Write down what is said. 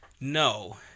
No